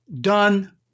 done